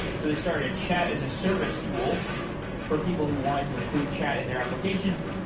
so the started a chat as a service tool for people who want to include chat in their applications.